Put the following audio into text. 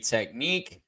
Technique